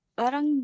parang